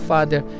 Father